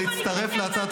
למה ליברמן התפטר מהממשלה?